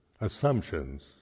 assumptions